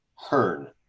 Hearn